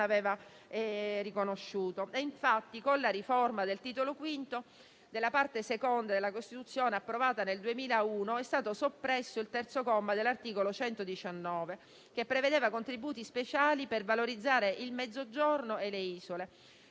Infatti, con la riforma del Titolo V della Parte seconda della Costituzione, approvata nel 2001, è stato soppresso il terzo comma dell'articolo 119, che prevedeva contributi speciali per valorizzare il Mezzogiorno e le isole.